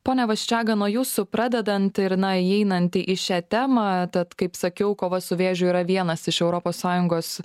pone vaščega nuo jūsų pradedant ir na įeinant į šią temą tad kaip sakiau kova su vėžiu yra vienas iš europos sąjungos